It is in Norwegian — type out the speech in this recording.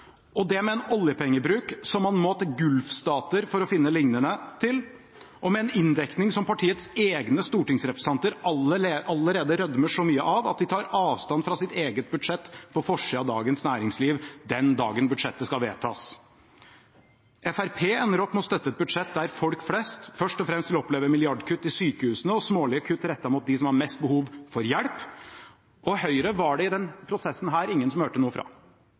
og det med en oljepengebruk som man må til gulfstater for å finne noe lignende, og med en inndekning som partiets egne stortingsrepresentanter allerede rødmer så mye over at de tar avstand fra sitt eget budsjett på forsiden av Dagens Næringsliv den dagen budsjettet skal vedtas. Fremskrittspartiet ender opp med å støtte et budsjett der folk flest først og fremst vil oppleve milliardkutt i sykehusene og smålige kutt rettet mot dem som har mest behov for hjelp. Høyre var det i denne prosessen ingen som hørte noe fra.